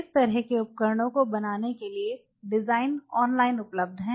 इस तरह के उपकरणों को बनाने के लिए डिज़ाइन ऑनलाइन उपलब्ध हैं